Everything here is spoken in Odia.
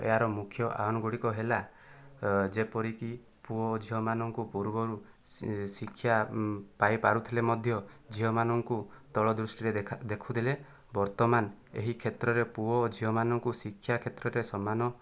ଏହାର ମୁଖ୍ୟ ଆହ୍ୱାନ ଗୁଡ଼ିକ ହେଲା ଯେପରିକି ପୁଅ ଓ ଝିଅମାନଙ୍କୁ ପୂର୍ବରୁ ଶିକ୍ଷା ପାଇ ପାରୁଥିଲେ ମଧ୍ୟ ଝିଅମାନଙ୍କୁ ତଳ ଦୃଷ୍ଟିରେ ଦେଖା ଦେଖୁଥିଲେ ବର୍ତ୍ତମାନ ଏହି କ୍ଷେତ୍ରରେ ପୁଅ ଓ ଝିଅମାନଙ୍କୁ ଶିକ୍ଷା କ୍ଷେତ୍ରରେ ସମାନ